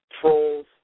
trolls